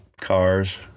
cars